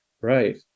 Right